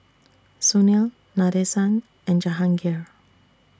Sunil Nadesan and Jahangir